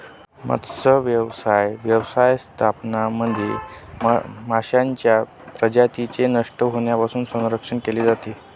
मत्स्यव्यवसाय व्यवस्थापनामध्ये माशांच्या प्रजातींचे नष्ट होण्यापासून संरक्षण केले जाते